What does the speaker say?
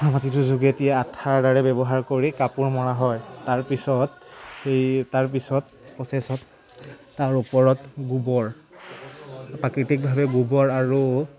মাটিটো যোগেদি আঠাৰ দৰে ব্যৱহাৰ কৰি কাপোৰ মৰা হয় তাৰপিছত সেই তাৰপিছত প্ৰচেছত তাৰ ওপৰত গোবৰ প্ৰাকৃতিকভাৱে গোবৰ আৰু